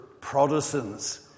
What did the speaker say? Protestants